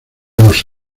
los